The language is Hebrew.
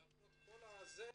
למרות כל הזה,